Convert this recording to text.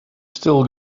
still